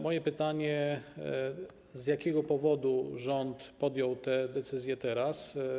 Moje pytanie: Z jakiego powodu rząd podjął tę decyzję teraz?